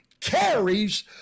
carries